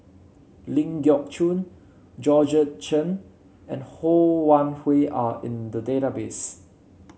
Ling Geok Choon Georgette Chen and Ho Wan Hui are in the database